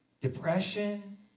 depression